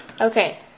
Okay